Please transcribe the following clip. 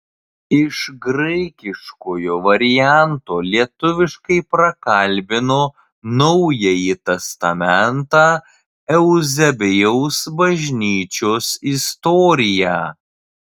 iš graikiškojo varianto lietuviškai prakalbino naująjį testamentą euzebijaus bažnyčios istoriją